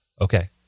Okay